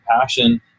passion